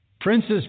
Princes